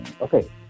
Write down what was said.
Okay